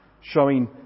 showing